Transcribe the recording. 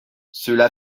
cela